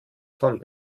von